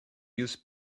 use